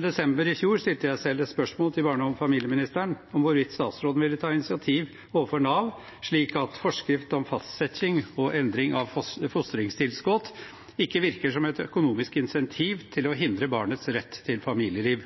desember i fjor stilte jeg selv et spørsmål til barne- og familieministeren om hvorvidt statsråden ville ta initiativ overfor Nav, slik at forskrift om «fastsetjing og endring av fostringstilskot» ikke virker som et økonomisk insentiv til å hindre barnets rett til familieliv.